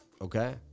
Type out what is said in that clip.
Okay